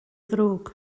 ddrwg